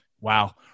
Wow